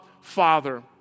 Father